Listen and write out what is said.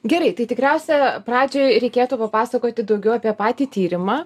gerai tai tikriausia pradžiai reikėtų papasakoti daugiau apie patį tyrimą